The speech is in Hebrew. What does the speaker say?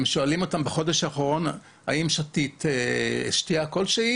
הם שואלים אותן האם שתו בחודש האחרון שתייה כלשהי,